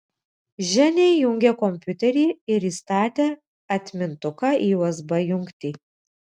ženia įjungė kompiuterį ir įstatė atmintuką į usb jungtį